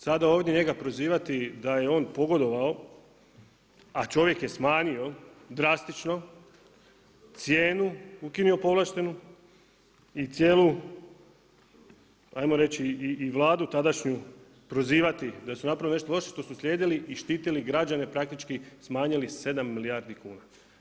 Sada ovdje njega prozivati da je on pogodovao a čovjek je smanjio drastično cijenu, ukinuo povlaštenu, i cijelu ajmo reći i Vladu tadašnju prozivati da su napravili nešto loše što su naslijedili i štitili građane, praktički smanjili 7 milijardi kuna.